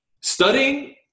studying